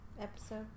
episode